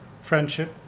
friendship